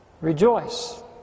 Rejoice